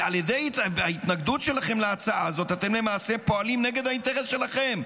ועל ידי ההתנגדות שלכם להצעה הזאת אתם למעשה פועלים נגד האינטרס שלכם.